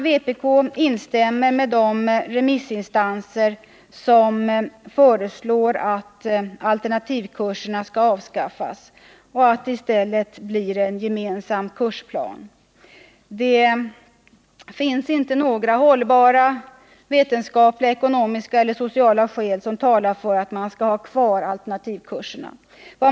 Vpk instämmer med de remissinstanser som föreslår att alternativkurserna skall avskaffas och att det i stället blir en gemensam kursplan. Det finns inte några hållbara vetenskapliga, ekonomiska eller sociala skäl som talar för att man skall ha kvar alternativkurserna.